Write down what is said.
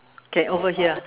can overhear